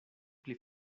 pli